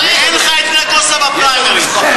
אין לך נגוסה בפריימריז.